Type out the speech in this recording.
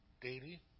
daily